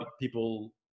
people